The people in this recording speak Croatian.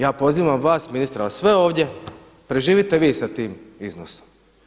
Ja pozivam vas ministre i sve ovdje, preživite vi sa tim iznosom.